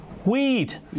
Weed